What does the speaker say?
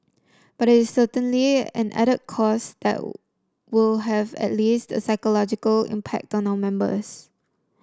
but it's certainly an added cost that will have at least a psychological impact on our members